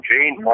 Jane